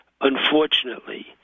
unfortunately